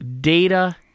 data